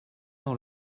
dans